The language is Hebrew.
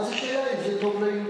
ואז, השאלה היא, האם זה טוב ליהודים?